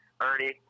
Ernie